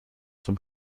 zum